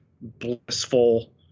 blissful